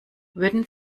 würden